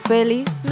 Feliz